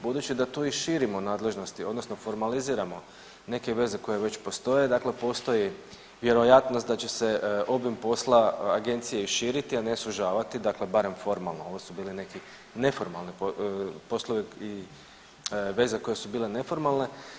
Budući da tu i širimo nadležnosti odnosno formaliziramo neke veze koje već postoje, dakle postoji vjerojatnost da će se obim posla agencije i širiti, a ne sužavati, dakle barem formalno, ovo su bili neki neformalni poslovi i veze koje su bile neformalne.